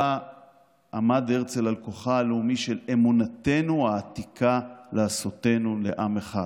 שבו עמד הרצל על כוחה הלאומי של אמונתנו העתיקה לעשותנו לעם אחד